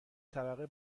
طبقه